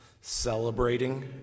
celebrating